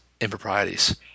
improprieties